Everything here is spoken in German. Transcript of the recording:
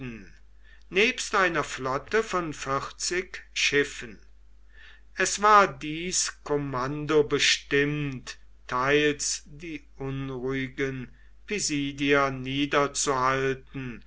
nebst einer flotte von vierzig schiffen es war dies kommando bestimmt teils die unruhigen pisidier